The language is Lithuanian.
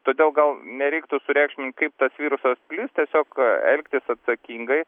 todėl gal nereiktų sureikšmint kaip tas virusas plis tiesiog elgtis atsakingai